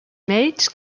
mèrits